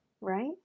Right